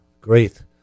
Great